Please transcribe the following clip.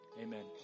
Amen